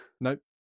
nope